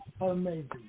Amazing